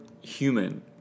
human